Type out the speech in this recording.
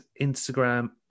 Instagram